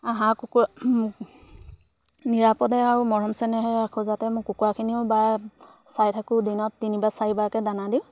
হাঁহ কুকুৰা নিৰাপদে আৰু মৰম চেনেহে ৰাখোঁ যাতে মোৰ কুকুৰাখিনিও বা চাই থাকোঁ দিনত তিনিবাৰ চাৰিবাৰকৈ দানা দিওঁ